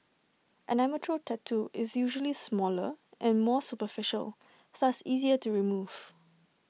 an amateur tattoo is usually smaller and more superficial thus easier to remove